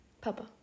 Papa